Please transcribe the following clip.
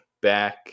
back